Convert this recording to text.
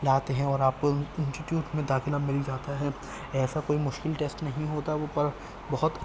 لاتے ہیں اور آپ کو انسٹیٹیوٹ میں داخلہ مل جاتا ہے ایسا کوئی مشکل ٹیسٹ نہیں ہوتا وہ پر بہت